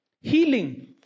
healing